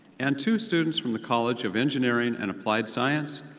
and, two students from the college of engineering and applied science,